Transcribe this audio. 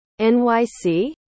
NYC